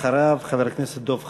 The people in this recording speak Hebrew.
ואחריו, חבר הכנסת דב חנין.